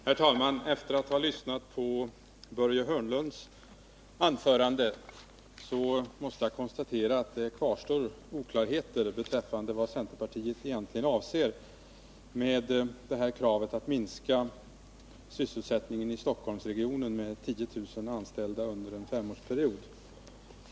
Herr talman! Efter att ha lyssnat på Börje Hörnlunds anförande måste jag konstatera att det kvarstår oklarheter beträffande vad centerpartiet egentligen avser med kravet på att sysselsättningen i Stockholmsregionen skall minskas med 10 000 anställda under en femårsperiod.